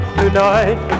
tonight